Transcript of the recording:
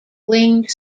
winged